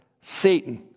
Satan